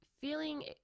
feeling